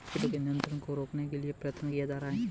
कीटों के नियंत्रण को रोकने के लिए प्रयत्न किये जा रहे हैं